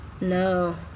No